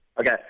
Okay